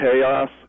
chaos